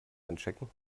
einchecken